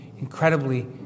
incredibly